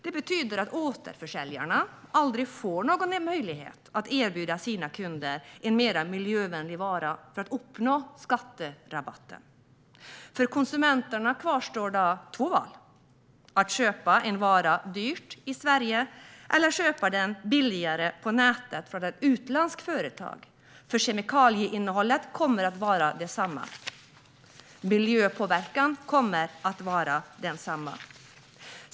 Det här betyder att återförsäljarna aldrig får någon möjlighet att erbjuda sina kunder en mer miljövänlig vara för att uppnå skatterabatten. För konsumenterna kvarstår två val: att köpa en vara dyrt i Sverige eller köpa den billigare på nätet från ett utländskt företag. Kemikalieinnehållet kommer att vara detsamma. Miljöpåverkan kommer att vara densamma.